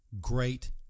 great